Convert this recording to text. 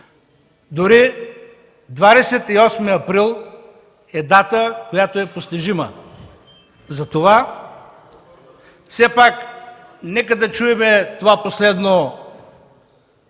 Дори 28 април 2013 г. е дата, която е постижима, затова все пак нека да чуем това последно